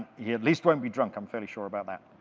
he at least won't be drunk. i'm fairly sure about that.